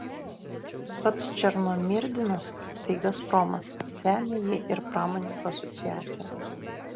pats černomyrdinas tai gazpromas remia jį ir pramonininkų asociacija